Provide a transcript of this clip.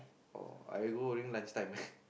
oh I go during lunchtime